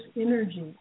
energy